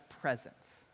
presence